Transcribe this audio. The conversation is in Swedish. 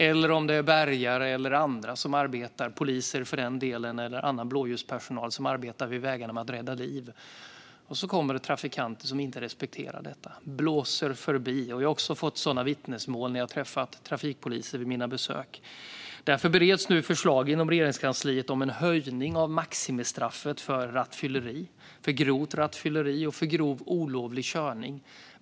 Det kan vara bärgare eller andra som arbetar vid vägarna med att rädda liv - poliser eller annan blåljuspersonal. Och så blåser det förbi trafikanter som inte respekterar detta. Jag har också fått sådana vittnesmål när jag har träffat trafikpoliser. Därför bereds nu förslag inom Regeringskansliet om en höjning av maximistraffet för rattfylleri, för grovt rattfylleri och för grov olovlig körning.